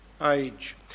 age